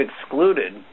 excluded